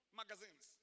magazines